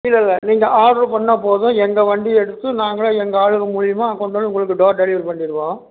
இல்லை இல்லை நீங்கள் ஆட்ரு பண்ணால் போதும் எங்கள் வண்டியை எடுத்து நாங்களே எங்கள் ஆளுகள் மூலியமாக கொண்டு வந்து உங்களுக்கு டோர் டெலிவரி பண்ணிருவோம்